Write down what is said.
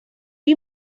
you